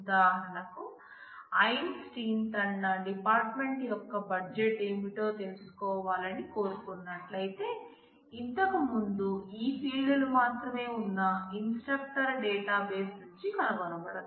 ఉదాహరణకు ఐన్స్టీన్ తన department యొక్క బడ్జెట్ ఏమిటో తెలుసుకోవాలని కోరుకున్నట్లయితే ఇంతకు ముందు ఈ ఫీల్డ్ లు మాత్రమే ఉన్న ఇన్స్ట్రక్టర్ డేటాబేస్ నుంచి కనుగొనబడదు